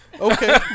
Okay